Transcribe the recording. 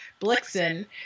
Blixen